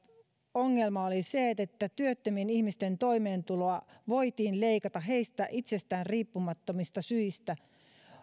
ongelma oli se että työttömien ihmisten toimeentuloa voitiin leikata heistä itsestään riippumattomista syistä